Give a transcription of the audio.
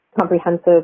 comprehensive